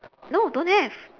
no don't have